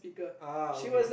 ah okay